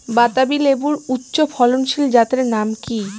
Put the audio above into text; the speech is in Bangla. বাতাবি লেবুর উচ্চ ফলনশীল জাতের নাম কি?